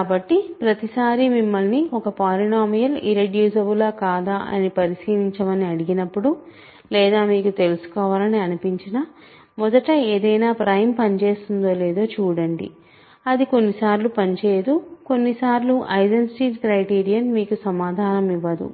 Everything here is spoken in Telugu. కాబట్టి ప్రతిసారీ మిమ్మల్ని ఒక పాలినోమియల్ ఇర్రెడ్యూసిబులా కాదా అని పరిశీలించమని అడిగినప్పుడు లేదా మీకు తెలుసుకోవాలని అనిపించినా మొదట ఏదైనా ప్రైమ్ పనిచేస్తుందో లేదో చూడండి అది కొన్నిసార్లు పనిచేయదు కొన్నిసార్లు ఐసెన్స్టీన్ క్రైటీరియన్ మీకు సమాధానం ఇవ్వదు